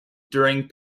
during